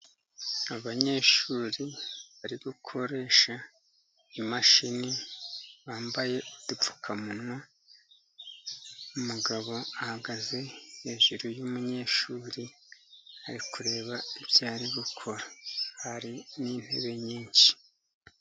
Abanyeshuri bari gukoresha imashini, bambaye udupfukamunwa, umugabo ahagaze hejuru y'umunyeshuri, ari kureba ibyo ari gukora, hari n'intebe nyinshi.